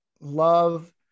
love